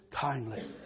Kindly